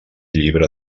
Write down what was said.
llibre